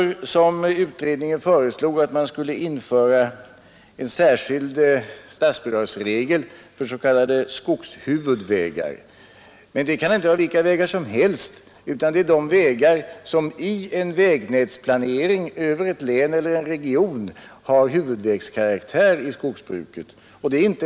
Utredningen föreslog därför att en särskild statsbidragsregel skulle införas för s.k. skogshuvudvägar. Men det är inte vilka vägar som helst som är att betrakta som skogshuvudvägar. Det är de vägar som i en vägnätsplanering över ett län eller en region har huvudvägskaraktär i skogsbruket.